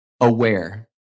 aware